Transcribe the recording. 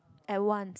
at once